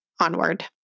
onward